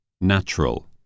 Natural